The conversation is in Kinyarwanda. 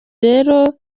rero